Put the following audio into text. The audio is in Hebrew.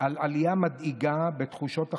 על עלייה מדאיגה בתחושות החרדה,